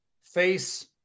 face